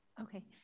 Okay